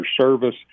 service